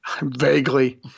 Vaguely